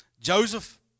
Joseph